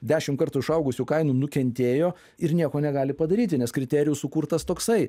dešim kartų išaugusių kainų nukentėjo ir nieko negali padaryti nes kriterijus sukurtas toksai